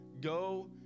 go